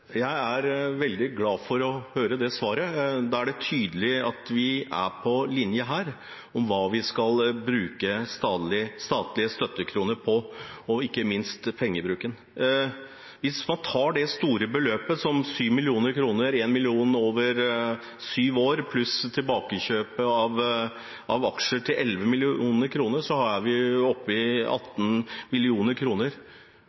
Jeg er veldig glad for å høre det svaret. Det er tydelig at vi er på linje når det gjelder hva vi skal bruke statlig støtte-kroner på, og ikke minst pengebruken. Hvis man tar det store beløpet 7 mill. kr – 1 mill. kr over syv år – pluss tilbakekjøpet av aksjer til 11 mill. kr, er vi oppe i 18